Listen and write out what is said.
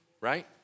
right